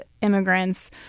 immigrants